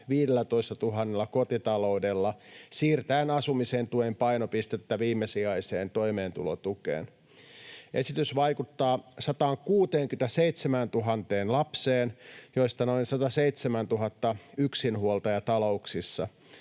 15 000 kotitaloudella siirtäen asumisen tuen painopistettä viimesijaiseen toimeentulotukeen. Esitys vaikuttaa 167 000 lapseen, joista noin 107 000 on yksinhuoltajatalouksissa,